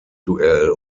duell